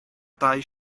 dau